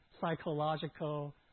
psychological